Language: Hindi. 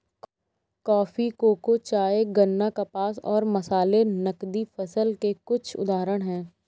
कॉफी, कोको, चाय, गन्ना, कपास और मसाले नकदी फसल के कुछ उदाहरण हैं